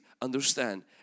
understand